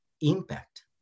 impact